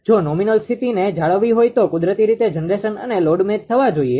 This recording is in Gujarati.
જો નોમિનલ સ્થિતિને જાળવવી હોય તો કુદરતી રીતે જનરેશન અને લોડ મેચ થવા જોઈએ